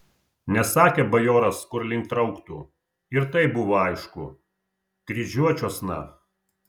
nesakė bajoras kur link trauktų ir taip buvo aišku kryžiuočiuosna